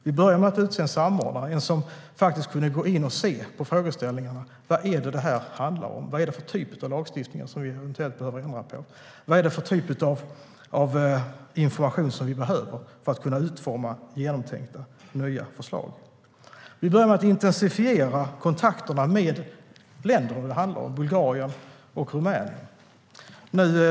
Vi började med att utse en samordnare som faktiskt kunde gå in och titta på frågeställningarna och se vad det här handlar om. Vad är det för typ av lagstiftning vi eventuellt bör ändra på? Vad är det för typ av information vi behöver för att kunna utforma genomtänkta nya förslag? Vi började med att intensifiera kontakterna med länderna det handlar om, Bulgarien och Rumänien.